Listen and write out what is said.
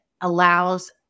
allows